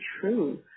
true